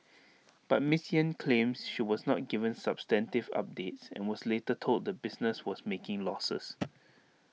but miss Yen claims she was not given substantive updates and was later told the business was making losses